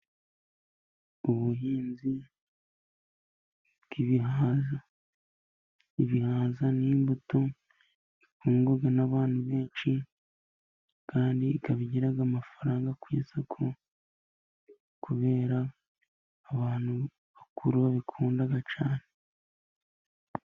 Ubuhinzi bw'ibihaza. Ibihaza n'imbuto ikundwa n'abantu benshi, kandi ikaba igira amafaranga ku isoko, kubera abantu bakuru babikunda cyane.